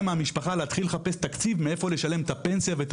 מהמשפחה להתחיל ולחפש מאיפה לשלם את הפנסיה ואת